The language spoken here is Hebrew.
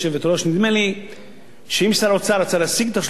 נדמה לי שאם שר האוצר רצה להשיג את 3 המיליארד,